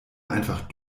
einfach